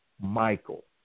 Michael